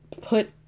put